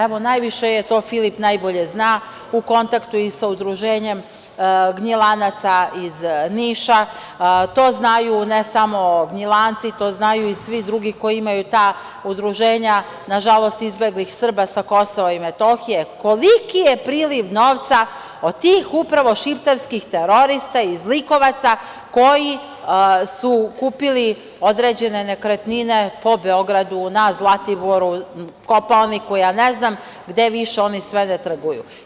Evo, najviše je, to Filip najbolje zna, u kontaktu i sa Udruženjem Gnjilanaca iz Niša, to znaju ne samo Gnjilanci, to znaju i svi drugi koji imaju ta udruženja, nažalost, izbeglih Srba sa Kosova i Metohije, koliki je priliv novca od tih upravo šiptarskih terorista i zlikovaca koji su kupili određene nekretnine po Beogradu, na Zlatiboru, Kopaoniku, ja ne znam gde više oni sve ne trguju.